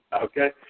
Okay